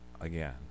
again